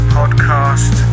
podcast